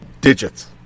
digits